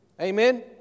Amen